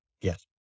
Yes